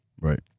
Right